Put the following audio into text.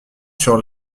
sur